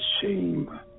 shame